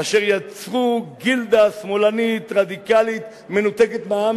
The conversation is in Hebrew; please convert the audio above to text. אשר יצרו גילדה שמאלית-רדיקלית מנותקת מן העם,